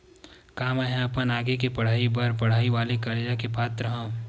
का मेंहा अपन आगे के पढई बर पढई वाले कर्जा ले के पात्र हव?